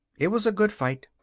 it was a good fight.